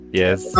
yes